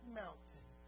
mountain